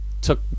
took